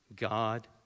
God